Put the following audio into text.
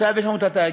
עכשיו יש לנו התאגיד.